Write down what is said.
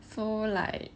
so like